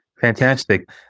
Fantastic